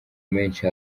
menshi